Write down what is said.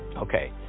Okay